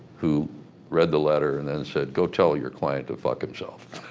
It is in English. who read the letter and then said, go tell your client to fuck himself.